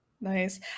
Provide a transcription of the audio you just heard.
Nice